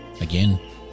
again